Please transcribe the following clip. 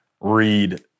read